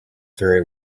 very